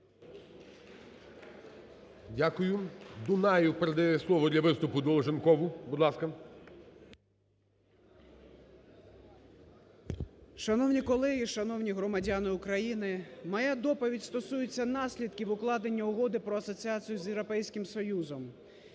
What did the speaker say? Дякую. Дунаєв передає слово для виступу Долженкову, будь ласка. 10:12:11 ДОЛЖЕНКОВ О.В. Шановні колеги, шановні громадяни України! Моя доповідь стосується наслідків укладення Угоди про асоціацію з Європейським Союзом.